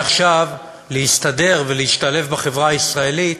מעכשיו להסתדר ולהשתלב בחברה הישראלית